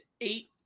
eight